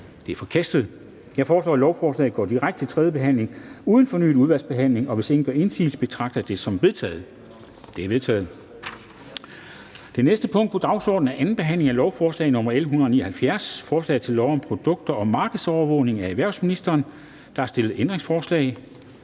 De er forkastet. Jeg foreslår, at lovforslaget går direkte til tredje behandling uden fornyet udvalgsbehandling. Hvis ingen gør indsigelse, betragter jeg dette som vedtaget. Det er vedtaget. --- Det næste punkt på dagsordenen er: 18) 2. behandling af lovforslag nr. L 179: Forslag til lov om produkter og markedsovervågning. Af erhvervsministeren (Simon Kollerup).